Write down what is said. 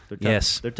yes